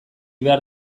behar